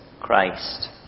Christ